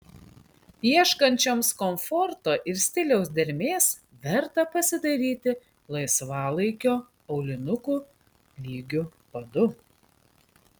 ieškančioms komforto ir stiliaus dermės verta pasidairyti laisvalaikio aulinukų lygiu padu